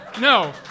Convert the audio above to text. no